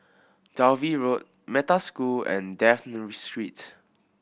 Dalvey Road Metta School and Dafne Street